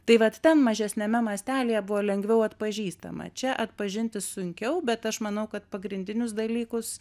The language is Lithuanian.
tai vat ten mažesniame mąstelyje buvo lengviau atpažįstama čia atpažinti sunkiau bet aš manau kad pagrindinius dalykus